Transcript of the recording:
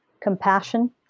compassion